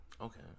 Okay